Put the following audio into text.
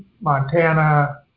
Montana